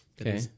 Okay